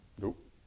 Nope